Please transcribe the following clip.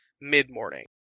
mid-morning